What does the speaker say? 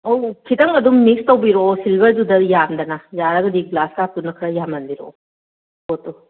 ꯑꯧ ꯈꯤꯇꯪ ꯑꯗꯨꯝ ꯃꯤꯛꯁ ꯇꯧꯕꯤꯔꯛꯑꯣ ꯁꯤꯜꯚꯔꯗꯨꯗ ꯌꯥꯝꯗꯅ ꯌꯥꯔꯒꯗꯤ ꯒ꯭ꯔꯥꯁ ꯀꯥꯞꯇꯨꯅ ꯈꯔ ꯌꯥꯝꯍꯟꯕꯤꯔꯛꯑꯣ ꯄꯣꯠꯇꯣ